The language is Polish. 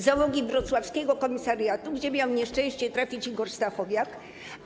Załogi wrocławskiego komisariatu, gdzie miał nieszczęście trafić Igor Stachowiaka?